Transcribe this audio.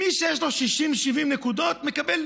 מי שיש לו 60 70 נקודות מקבל